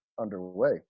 underway